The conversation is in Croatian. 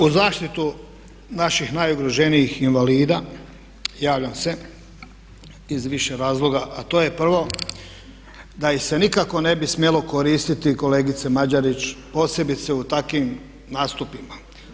U zaštitu naših najugroženijih invalida javljam se iz više razloga, a to je prvo da ih se nikako ne bi smjelo koristiti kolegice Mađerić posebice u takim nastupima.